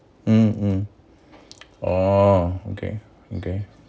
mm mm orh okay okay